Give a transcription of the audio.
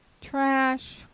Trash